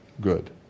good